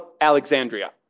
Alexandria